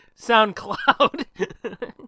soundcloud